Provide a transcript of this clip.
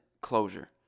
closure